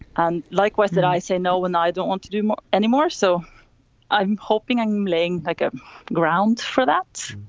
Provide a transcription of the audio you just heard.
and likewise that i say no and i don't want to do more anymore. so i'm hoping i'm laying like a ground for that.